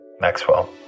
Maxwell